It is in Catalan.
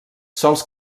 sols